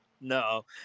no